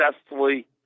successfully